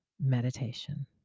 meditation